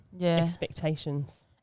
expectations